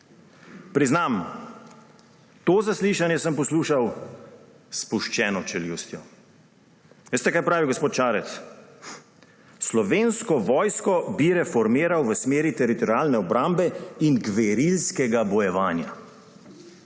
Priznam, to zaslišanje sem poslušal s spuščeno čeljustjo. Veste, kaj pravi gospod Šarec? »Slovensko vojsko bi reformiral v smeri teritorialne obrambe in gverilskega bojevanja.«